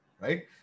right